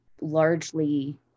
largely